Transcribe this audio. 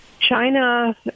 China